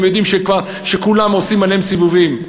הם יודעים שכולם עושים עליהם סיבובים,